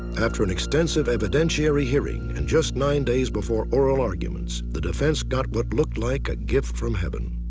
after an extensive evidentiary hearing, in just nine days before oral arguments, the defense got what looked like a gift from heaven.